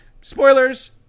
spoilers